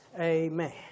Amen